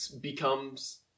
becomes